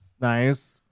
nice